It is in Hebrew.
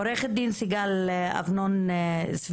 עו"ד סיגל אבנון-סוויצקי,